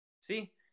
See